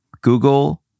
Google